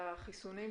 הקורונה.